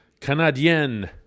Canadien